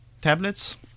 tablets